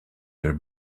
their